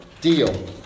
deal